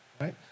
right